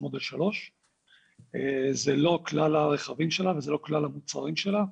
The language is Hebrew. מודל 3. זה לא כלל הרכבים שלה וזה לא כלל המוצרים שלה,